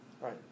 right